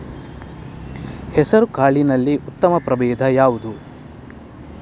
ಹೆಸರುಕಾಳಿನಲ್ಲಿ ಉತ್ತಮ ಪ್ರಭೇಧ ಯಾವುದು?